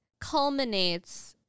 culminates